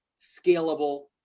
scalable